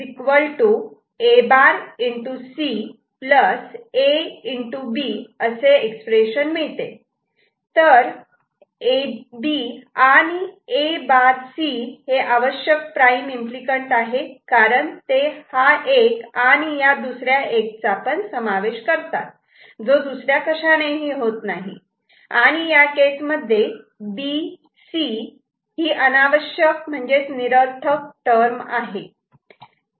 B तर A B आणि आणि A' C हे आवश्यक प्राईम एम्पली कँट आहे कारण ते हा 1 आणि या दुसऱ्या एकचा पण समावेश करतात जो दुसऱ्या कशानेही होत नाही आणि या केसमध्ये B C अनावश्यक म्हणजेच निरर्थक आहे